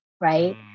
right